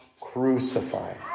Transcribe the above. crucified